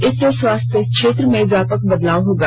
इससे स्वास्थ्य क्षेत्र में व्यापक बदलाव होगा